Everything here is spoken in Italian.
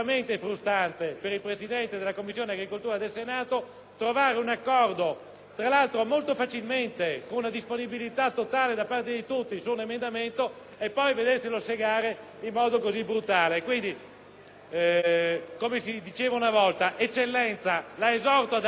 tra l'altro molto facilmente e con una disponibilità totale da parte di tutti - e poi vederselo bocciare in modo così brutale. Come si diceva una volta: eccellenza, la esorto ad alzarsi e a darci una risposta positiva,